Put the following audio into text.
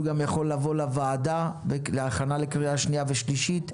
הוא יכול לבוא לוועדה להכנה לקריאה שנייה ושלישית,